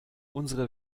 unsere